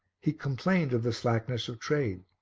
he complained of the slackness of trade.